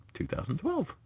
2012